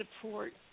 support